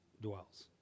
dwells